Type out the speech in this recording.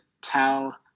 tell